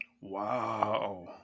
Wow